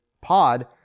pod